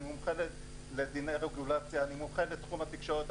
ואני מומחה לדיני רגולציה ולתחום התקשורת.